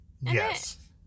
Yes